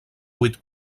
vuit